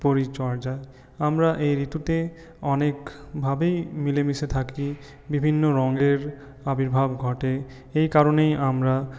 পরিচর্যা আমরা এই ঋতুতে অনেকভাবেই মিলেমিশে থাকি বিভিন্ন রঙের আবির্ভাব ঘটে এই কারণেই আমরা